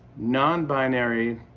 nonbinary